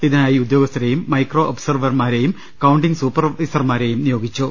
ഇതിനായി ഉദ്യോ ഗസ്ഥരെയും മൈക്രോ ഒബ്സർവർമാരെയും കൌണ്ടിംഗ് സൂപ്പർവൈസർമാരെയും നിയോഗിച്ചു